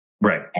right